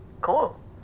cool